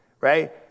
Right